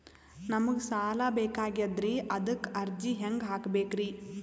ನಮಗ ಸಾಲ ಬೇಕಾಗ್ಯದ್ರಿ ಅದಕ್ಕ ಅರ್ಜಿ ಹೆಂಗ ಹಾಕಬೇಕ್ರಿ?